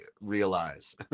realize